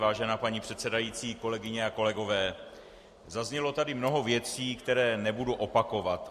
Vážená paní předsedající, kolegyně a kolegové, zaznělo tady mnoho věcí, které nebudu opakovat.